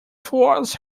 towards